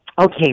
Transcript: Okay